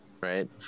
right